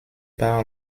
par